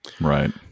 Right